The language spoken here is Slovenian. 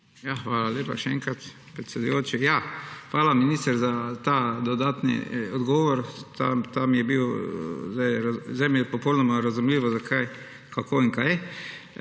Hvala lepa še enkrat, predsedujoči. Hvala minister za ta dodatni odgovor. Zdaj mi je popolnoma razumljivo, kako in kaj.